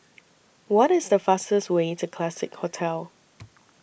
What IS The fastest Way to Classique Hotel